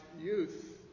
youth